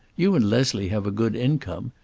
you and leslie have a good income.